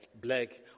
Black